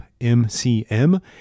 M-C-M